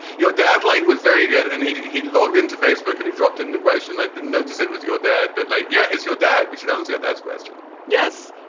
your dad like was very good and he he logged into facebook and he dropped in the question. i didn't notice it with your dad. but, like, yeah, it's your dad. we should answer that question yes.